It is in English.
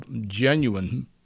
genuine